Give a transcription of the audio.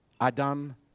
Adam